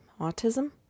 autism